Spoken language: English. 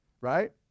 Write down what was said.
right